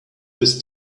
his